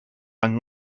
one